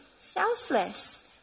selfless